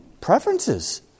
preferences